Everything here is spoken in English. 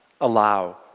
allow